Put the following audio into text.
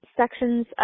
sections